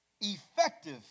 effective